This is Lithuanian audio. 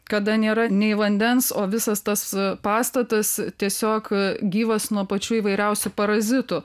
kada nėra nei vandens o visas tas pastatas tiesiog gyvas nuo pačių įvairiausių parazitų